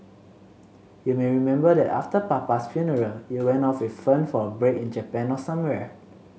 you may remember that after papa's funeral you went off with Fern for a break in Japan or somewhere